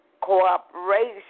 cooperation